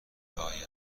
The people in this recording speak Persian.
آید